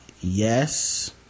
yes